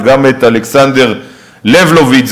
וגם את אלכסנדר לבלוביץ,